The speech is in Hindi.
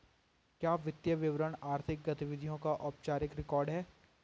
क्या वित्तीय विवरण आर्थिक गतिविधियों का औपचारिक रिकॉर्ड है?